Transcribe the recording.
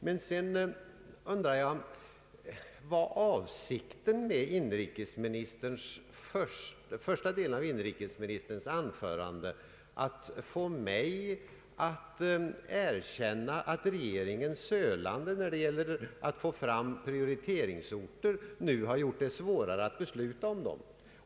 Sedan undrar jag vad avsikten var med första delen av inrikesministerns anförande, då han försökte få mig att erkänna att regeringens sölande när det gäller att få fram prioriteringsorter nu har gjort det svårare att besluta om dem.